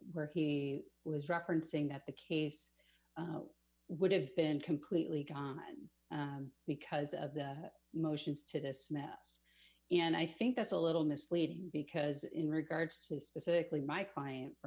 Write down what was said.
where he was referencing that the case would have been completely gone because of the motions to this mess and i think that's a little misleading because in regards to specifically my client for